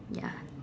ya